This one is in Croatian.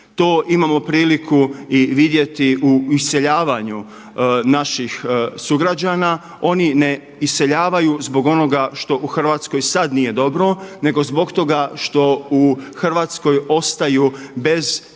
To imamo priliku vidjeti i u iseljavanju naših sugrađana. Oni ne iseljavaju zbog onoga što u Hrvatskoj sada nije dobro nego zbog toga što u Hrvatskoj ostaju bez te